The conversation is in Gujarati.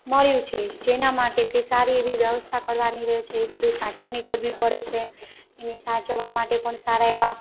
મળ્યું છે જેના માટે કંઈ સારી એવી વ્યવસ્થા કરવાની રહે છે એ બધુ સાચવણી કરવી પડે છે એની સાચવવા માટે પણ સારા એવા